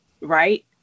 right